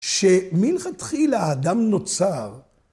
שמלכתחיל האדם נוצר.